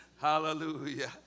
hallelujah